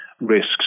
Risks